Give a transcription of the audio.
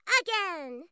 again